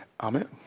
Amen